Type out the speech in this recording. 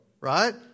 Right